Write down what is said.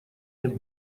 нет